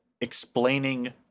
explaining